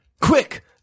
Quick